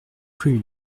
rue